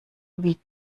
wie